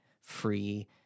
free